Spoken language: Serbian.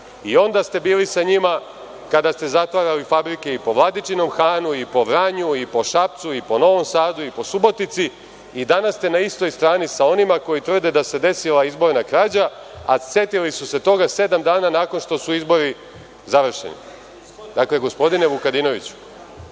i onda ste bili sa njima kada ste zatvarali fabrike i po Vladičnom Hanu i po Vranju i po Šapcu i po Novom Sadu i po Subotici, i danas ste na istoj strani sa onima koji tvrde da se desila izborna krađa, a setili su se toga sedam dana nakon što su izbori završeni. Gospodine Vukadinoviću,